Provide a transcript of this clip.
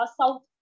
South